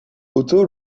otto